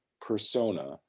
persona